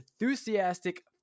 enthusiastic